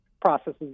processes